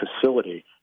facility